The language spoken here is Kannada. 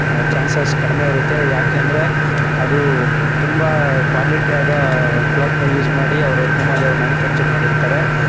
ಚಾನ್ಸಸ್ ಕಡಿಮೆ ಇರುತ್ತೆ ಯಾಕೆಂದರೆ ಅದು ತುಂಬ ಕ್ವಾಲಿಟಿ ಆದ ಕ್ಲೋತನ್ನ ಯೂಸ್ ಮಾಡಿ ಅವರು ಪೂಮಾದವ್ರು ಮ್ಯಾನಿಫೆಕ್ಚರ್ ಮಾಡಿರ್ತಾರೆ